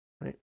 right